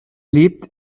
lebt